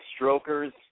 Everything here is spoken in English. strokers